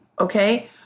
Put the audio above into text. Okay